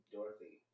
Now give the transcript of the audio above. Dorothy